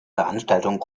veranstaltung